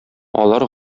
алар